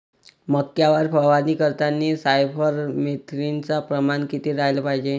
मक्यावर फवारनी करतांनी सायफर मेथ्रीनचं प्रमान किती रायलं पायजे?